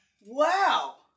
Wow